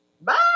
Bye